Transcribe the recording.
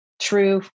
true